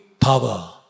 power